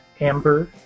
amber